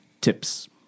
tips